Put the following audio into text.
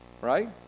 Right